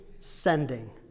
sending